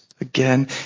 again